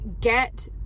get